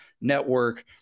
network